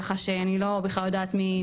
ככה שאני בכלל לא יודעת מי יודע.